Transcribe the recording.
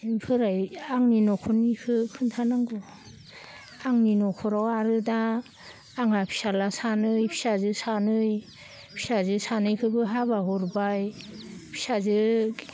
इनिफ्राय आंनि न'खरनिखो खोन्थानांगौ आंनि न'खराव आरो दा आंहा फिसाज्ला सानै फिसाजो सानै फिसाजो सानैखोबो हाबा हरबाय फिसाजो